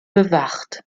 bewacht